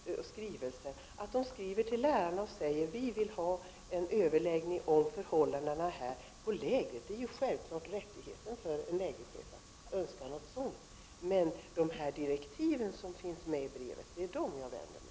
En förläggningschef har självfallet rätt att skriva till lärarna att han vill ha en överläggning om förhållandena på lägret, men direktiven som finns med i brevet vänder jag mig mot.